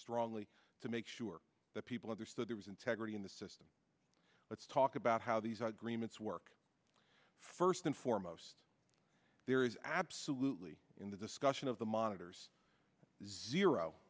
strongly to make sure that people understood there was integrity in the system let's talk about how these agreements work first and foremost there is absolutely in the discussion of the monitor's zero